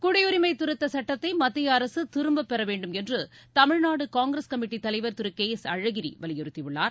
குடியுரிமை திருத்த சட்டத்தை மத்திய அரசு திரும்பப் பெற வேண்டுமென்று தமிழ்நாடு காங்கிரஸ் கமிட்டித் தலைவர் திரு கே எஸ் அழகிரி வலியுறுத்தியுள்ளார்